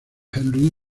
henry